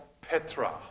Petra